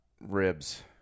ribs